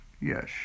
Yes